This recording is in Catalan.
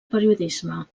periodisme